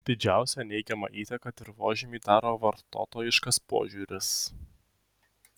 didžiausią neigiamą įtaką dirvožemiui daro vartotojiškas požiūris